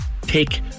take